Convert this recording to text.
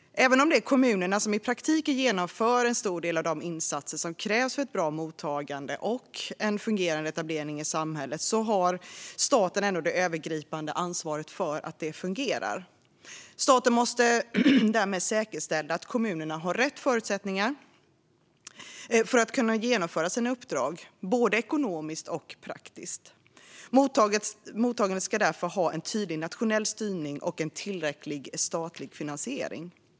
Även om det är kommunerna som i praktiken genomför en stor del av de insatser som krävs för ett bra mottagande och en fungerande etablering i samhället har staten det övergripande ansvaret för att det fungerar. Staten måste därmed säkerställa att kommunerna har rätt förutsättningar för att kunna genomföra sina uppdrag, både ekonomiskt och praktiskt. Mottagandet ska därför ha en tydlig nationell styrning och tillräcklig statlig finansiering.